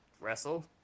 wrestle